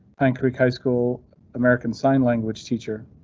pine creek high school american sign language teacher.